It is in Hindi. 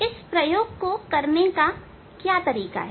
इस प्रयोग को करने का क्या तरीका है